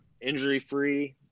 injury-free